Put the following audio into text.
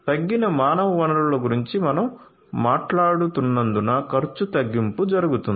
తగ్గిన మానవ వనరుల గురించి మనం మాట్లాడుతున్నందున ఖర్చు తగ్గింపు జరుగుతుంది